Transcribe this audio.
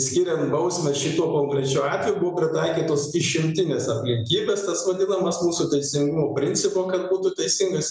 skiriant bausmę šituo konkrečiu atveju buvo pritaikytos išimtinės aplinkybės tas vadinamas mūsų teisingumo principo kad būtų teisingas